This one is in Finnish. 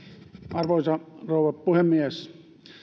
arvoisa rouva puhemies